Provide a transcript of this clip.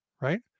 right